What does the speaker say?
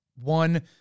one